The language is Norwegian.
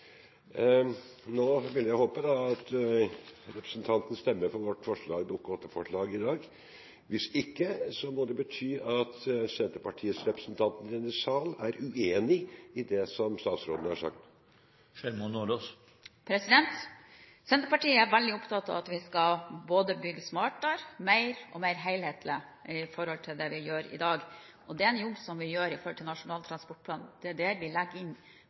Nå vil jeg håpe at representanten stemmer for vårt Dokument 8-forslag i dag. Hvis ikke, må det bety at Senterpartiets representanter i denne sal er uenig i det som statsråden har sagt. Senterpartiet er veldig opptatt av at vi skal bygge både smartere, mer og mer helhetlig i forhold til det vi gjør i dag. Det er en jobb som vi gjør i Nasjonal transportplan – det er der vi legger inn